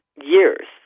years